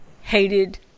hated